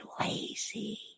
lazy